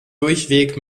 durchweg